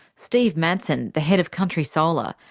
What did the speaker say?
steve madson, the head of country solar,